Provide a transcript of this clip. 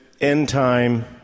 end-time